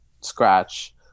scratch